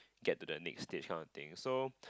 get to the next stage kind of thing so